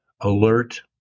alert